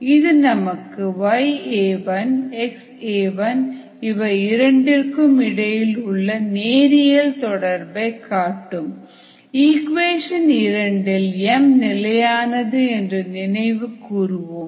இது நமக்கு yAi xAi இவை இரண்டிற்கும் இடையில் உள்ள நேரியல் தொடர்பை காட்டும் இக்குவேஷன் 2 இல் m நிலையானது என்று நினைவு கூறுவோம்